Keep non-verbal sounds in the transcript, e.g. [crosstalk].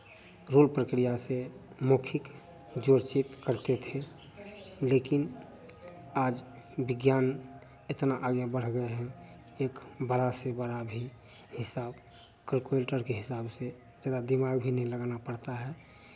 [unintelligible] प्रक्रिया से मौखिक जोड़ चित करते थे लेकिन आज विज्ञान इतना आगे बढ़ गए हैं एक बड़ा से बड़ा भी हिसाब कैलकुलेटर के हिसाब से ज़्यादा दिमाग भी नहीं लगाना पड़ता है